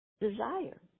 desire